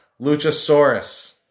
Luchasaurus